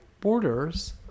borders